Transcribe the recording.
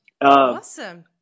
Awesome